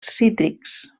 cítrics